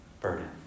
burden